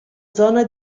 zona